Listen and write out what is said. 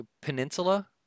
Peninsula